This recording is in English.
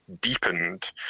deepened